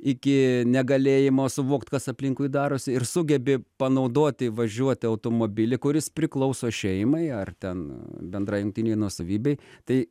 iki negalėjimo suvokt kas aplinkui darosi ir sugebi panaudoti važiuoti automobilį kuris priklauso šeimai ar ten bendrai jungtinei nuosavybei tai